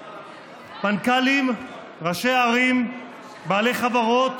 מנכ"לים, ראשי ערים, בעלי חברות,